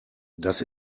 das